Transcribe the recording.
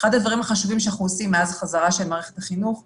אחד הדברים שאנחנו עושים מאז החזרה של מערכת החינוך זה,